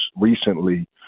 recently